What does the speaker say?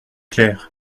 clair